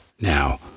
Now